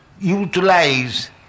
utilize